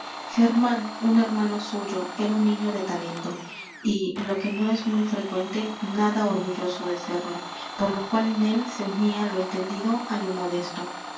u n hermano suyo era un niño de talento y lo que no es muy frecuente nada orgulloso de serlo por lo cual en él se unía lo entendido á lo modesto